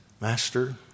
master